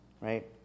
right